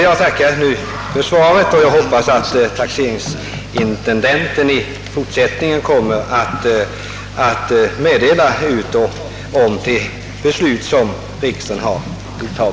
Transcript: Jag tackar nu för statsrådets svar och hoppas att taxeringsintendenten i fortsättningen kommer att för taxeringsnämnderna bekantgöra de beslut som riksdagen fattat.